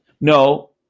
No